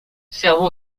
servent